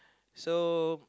so